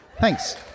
Thanks